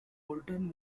bolton